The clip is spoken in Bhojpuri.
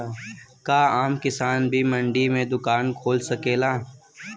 का आम किसान भी मंडी में दुकान खोल सकेला?